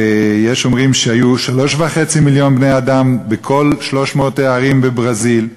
ויש אומרים שהיו 3.5 מיליון בני-אדם בכל 300 הערים בברזיל.